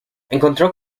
encontró